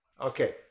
Okay